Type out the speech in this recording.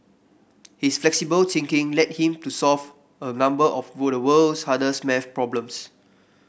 his flexible thinking led him to solve a number of the world's hardest maths problems